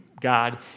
God